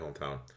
hometown